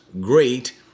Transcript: great